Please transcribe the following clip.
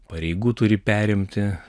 pareigų turi perimti